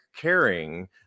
caring